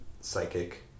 psychic